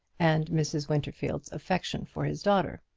and mrs. winterfield's affection for his daughter.